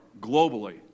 globally